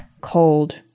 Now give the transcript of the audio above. cold